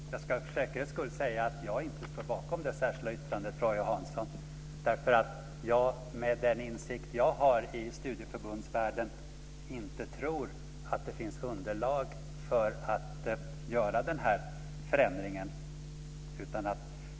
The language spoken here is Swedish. Fru talman! Jag ska för säkerhets skull säga att jag inte står bakom det särskilda yttrandet från Roy Hansson. Med den insikt jag har i studieförbundsvärlden tror jag inte att det finns underlag för att göra den förändringen.